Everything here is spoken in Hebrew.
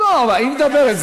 היא מדברת.